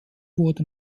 wurde